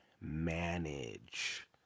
manage